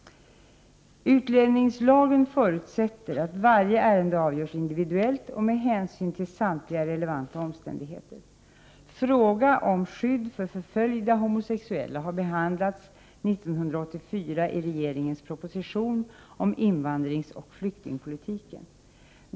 Utlänningslagen förutsätter att varje ärende avgörs individuellt med hänsyn till samtliga relevanta omständigheter. Frågan om skydd för förföljda homosexuella har behandlats 1984 i regeringens proposition om invandringsoch flyktingpolitiken.